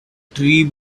tree